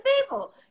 people